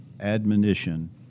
admonition